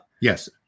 Yes